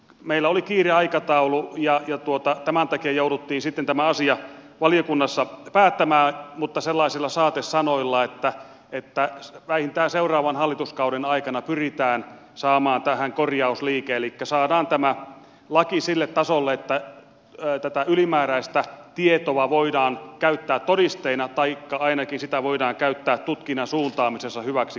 meillä oli kiire aikataulu ja tämän takia jouduttiin sitten tämä asia valiokunnassa päättämään mutta sellaisilla saatesanoilla että vähintään seuraavan hallituskauden aikana pyritään saamaan tähän korjausliike elikkä saadaan tämä laki sille tasolle että ylimääräistä tietoa voidaan käyttää todisteena taikka ainakin sitä voidaan käyttää tutkinnan suuntaamisessa hyväksi